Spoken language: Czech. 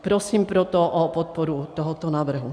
Prosím proto o podporu tohoto návrhu.